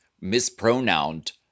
mispronounced